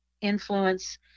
influence